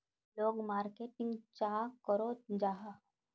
लोग मार्केटिंग चाँ करो जाहा?